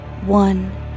One